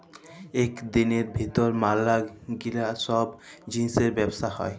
ইক দিলের ভিতর ম্যালা গিলা ছব জিলিসের ব্যবসা হ্যয়